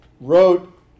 wrote